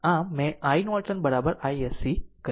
આમ મેં iNorton iSC કહ્યું